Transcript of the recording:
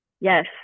Yes